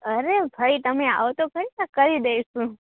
અરે ભાઈ તમે આવો તો ખરી ને કરી દઇશું